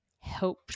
help